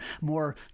more